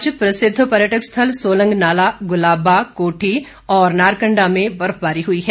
आज प्रसिद्ध पर्यटक स्थल सोलंग नाला गुलाबा कोठी और नारकंडा में बर्फबारी हुई है